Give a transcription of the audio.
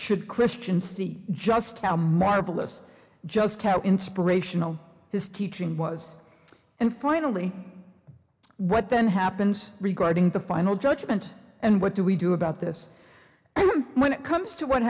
should christian c g just how marvelous just how inspirational his teaching was and finally what then happens regarding the final judgment and what do we do about this when it comes to what